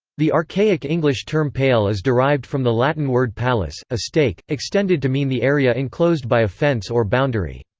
the archaic english term pale is derived from the latin word palus, a stake, extended to mean the area enclosed by a fence or boundary.